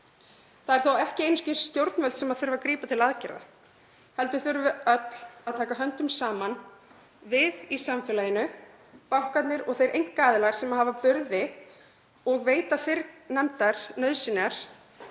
Það eru þó ekki einungis stjórnvöld sem þurfa að grípa til aðgerða heldur þurfum við öll að taka höndum saman, við í samfélaginu, bankarnir og þeir einkaaðilar sem hafa burði og veita fyrrnefndar nauðsynjar